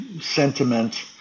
sentiment